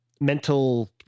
mental